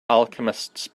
alchemists